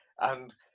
And-